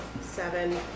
Seven